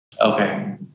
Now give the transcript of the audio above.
Okay